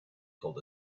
told